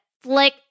Flick